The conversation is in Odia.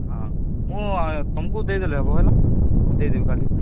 ହଁ ମୁଁ ତୁମକୁ ଦେଇଦେଲେ ହେବ ହେଲା ଦେଇଦେବି କାଲି